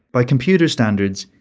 by computer standards,